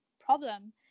problem